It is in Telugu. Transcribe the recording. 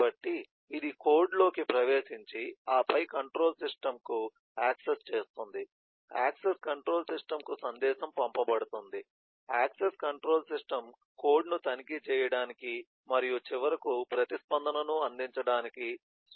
కాబట్టి ఇది కోడ్లోకి ప్రవేశించి ఆపై కంట్రోల్ సిస్టమ్ను యాక్సెస్ చేస్తుంది యాక్సెస్ కంట్రోల్ సిస్టమ్కు సందేశం పంపబడుతుంది యాక్సెస్ కంట్రోల్ సిస్టమ్ కోడ్ను తనిఖీ చేయడానికి మరియు చివరకు ప్రతిస్పందనను అందించడానికి స్వీయ సందేశాన్ని ఉపయోగిస్తుంది